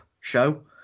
show